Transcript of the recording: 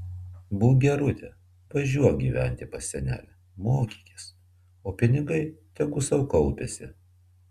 būk gerutė važiuok gyventi pas senelę mokykis o pinigai tegu sau kaupiasi